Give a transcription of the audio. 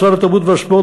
משרד התרבות והספורט,